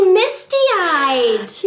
misty-eyed